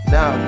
Now